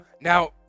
now